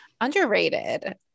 Underrated